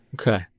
Okay